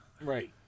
Right